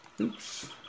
Oops